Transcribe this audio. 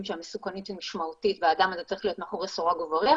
שהמסוכנות היא משמעותית והאדם הזה צריך להיות מאחורי סורג ובריח